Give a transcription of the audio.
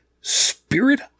spirit